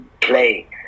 play